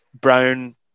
Brown